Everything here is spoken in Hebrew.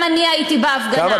גם אני הייתי בהפגנה,